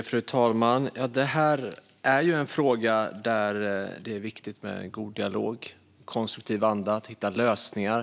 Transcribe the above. Fru talman! Det här är en fråga där det är viktigt med god dialog och att i konstruktiv anda hitta lösningar.